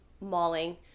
mauling